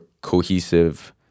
cohesive